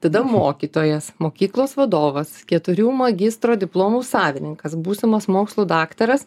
tada mokytojas mokyklos vadovas keturių magistro diplomų savininkas būsimas mokslų daktaras